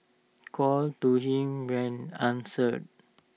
calls to him went answered